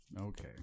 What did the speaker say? Okay